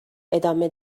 ادامه